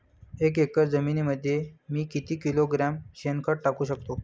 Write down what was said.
एक एकर जमिनीमध्ये मी किती किलोग्रॅम शेणखत टाकू शकतो?